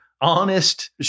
honest